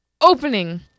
opening